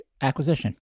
acquisition